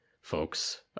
folks